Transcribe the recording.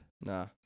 Nah